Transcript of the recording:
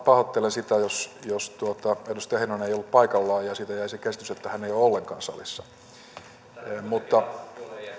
pahoittelen sitä jos jos edustaja heinonen ei ollut paikallaan ja ja siitä jäi se käsitys että hän ei ole ollenkaan salissa